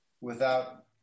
without-